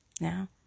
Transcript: Now